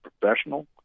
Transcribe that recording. professional